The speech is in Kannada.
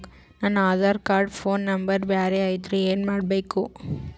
ನನ ಆಧಾರ ಕಾರ್ಡ್ ಫೋನ ನಂಬರ್ ಬ್ಯಾರೆ ಐತ್ರಿ ಏನ ಮಾಡಬೇಕು?